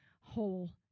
whole